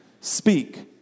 speak